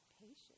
patience